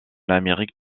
amérique